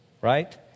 right